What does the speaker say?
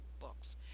books